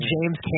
James